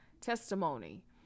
testimony